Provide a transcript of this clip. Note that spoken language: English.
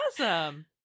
awesome